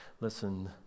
listen